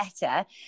better